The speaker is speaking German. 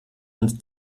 und